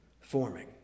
forming